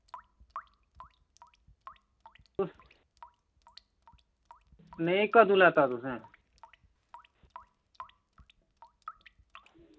नेईं कदूं लैता तुसें